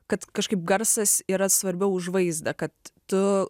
kad kažkaip garsas yra svarbiau už vaizdą kad tu